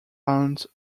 aunt